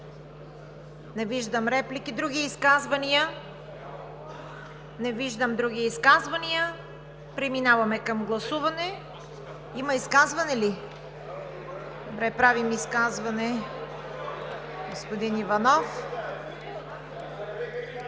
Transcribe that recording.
Не виждам реплики. Други изказвания? Не виждам други изказвания. Преминаваме към гласуване. (Шум и реплики.) Има изказване ли? Добре, правим изказване. Господин Иванов.